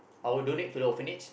I will donate to the orphanage